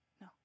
No